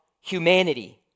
humanity